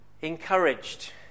encouraged